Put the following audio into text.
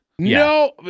No